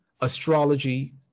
astrology